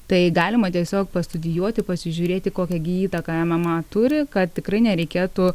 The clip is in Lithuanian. tai galima tiesiog pastudijuoti pasižiūrėti kokią gi įtaką mma turi kad tikrai nereikėtų